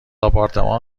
آپارتمان